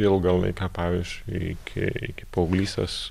ilgą laiką pavyzdžiui iki iki paauglystės